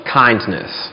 kindness